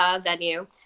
venue